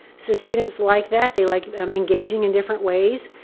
so students like that. they like um engaging in different ways.